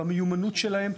במיומנות שלהם,